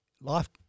life